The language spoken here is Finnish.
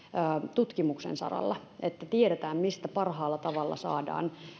tutkimuksen saralla että tiedetään mistä parhaalla tavalla saadaan